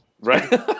Right